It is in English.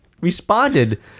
responded